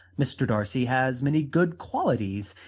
mr. darcy has many good qualities.